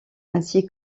ainsi